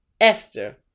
Esther